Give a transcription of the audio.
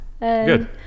Good